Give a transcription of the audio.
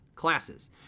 classes